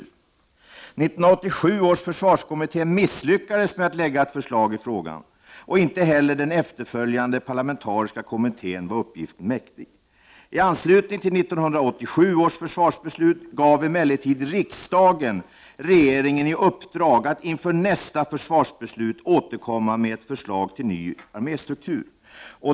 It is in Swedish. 1987 års försvarskommitté misslyckades med att lägga fram ett förslag i frågan, och inte heller den efterföljande parlamentariska kommittén var uppgiften mäktig. I anslutning till 1987 års försvarsbeslut gav emellertid riksdagen regeringen i uppdrag att inför nästa försvarsbeslut återkomma med ett förslag till en ny arméstruktur.